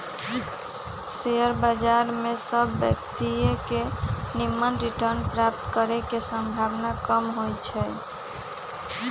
share बजार में सभ व्यक्तिय के निम्मन रिटर्न प्राप्त करे के संभावना कम होइ छइ